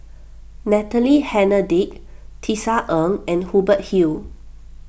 Natalie Hennedige Tisa Ng and Hubert Hill